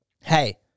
hey